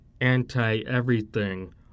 anti-everything